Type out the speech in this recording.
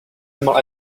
animal